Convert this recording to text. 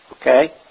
Okay